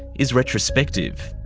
is retrospective.